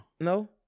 No